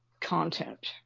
content